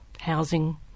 housing